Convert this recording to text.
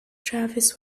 travis